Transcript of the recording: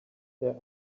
their